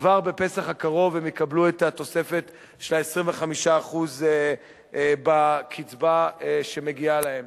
כבר בפסח הקרוב הם יקבלו את התוספת של ה-25% בקצבה שמגיעה להם.